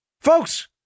Folks